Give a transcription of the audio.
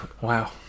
Wow